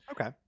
okay